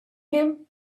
him